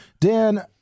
Dan